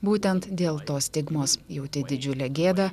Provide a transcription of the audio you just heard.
būtent dėl tos stigmos jauti didžiulę gėdą